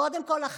קודם כול,